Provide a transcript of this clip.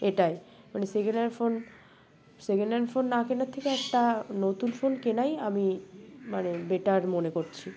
এটাই মানে second hand phone second hand phone না কেনার থেকে একটা নতুন ফোন কেনাই আমি মানে বেটার মনে করছি